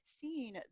seeing